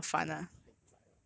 我真的太 zai orh